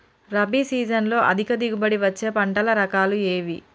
రబీ సీజన్లో అధిక దిగుబడి వచ్చే పంటల రకాలు ఏవి?